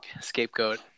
scapegoat